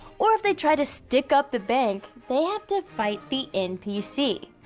or if they try to stick up the bank, they have to fight the npc.